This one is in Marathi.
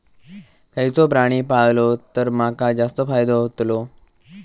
खयचो प्राणी पाळलो तर माका जास्त फायदो होतोलो?